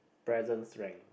present strength